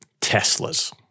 Teslas